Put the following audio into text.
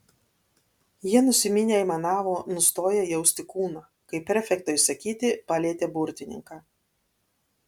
jie nusiminę aimanavo nustoję jausti kūną kai prefekto įsakyti palietė burtininką